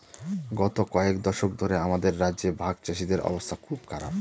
গত কয়েক দশক ধরে আমাদের রাজ্যে ভাগচাষীদের অবস্থা খুব খারাপ